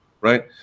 right